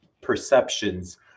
perceptions